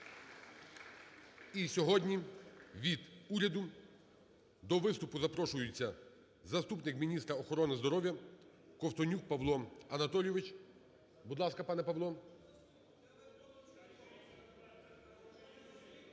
І сьогодні від уряду до виступу запрошується заступник міністра охорони здоров'я Ковтонюк Павло Анатолійович. Будь ласка, пане Павло.